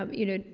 um you know,